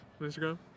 Instagram